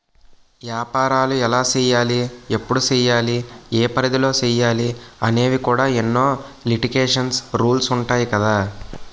ఏపారాలు ఎలా సెయ్యాలి? ఎప్పుడు సెయ్యాలి? ఏ పరిధిలో సెయ్యాలి అనేవి కూడా ఎన్నో లిటికేషన్స్, రూల్సు ఉంటాయి కదా